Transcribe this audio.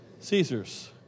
Caesar's